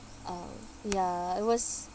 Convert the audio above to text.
um ya it was